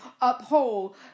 uphold